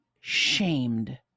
shamed